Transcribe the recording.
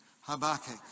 Habakkuk